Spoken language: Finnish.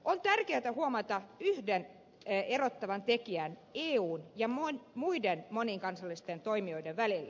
on tärkeätä huomata yhksi erottava tekijä eun ja muiden monikansallisten toimijoiden välillä